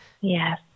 yes